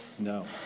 No